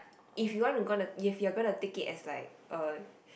if you wanna gonna if you're gonna take it as like a